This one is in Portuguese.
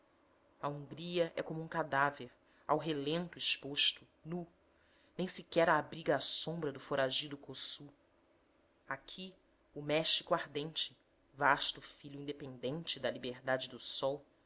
a hungria é como um cadáver ao relento exposto nu nem sequer a abriga a sombra do foragido kossuth aqui o méxico ardente vasto filho independente da liberdade e do sol